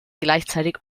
gleichzeitig